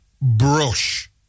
brush